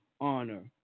honor